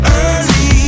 early